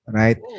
right